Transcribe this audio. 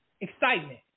excitement